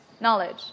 knowledge